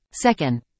Second